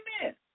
Amen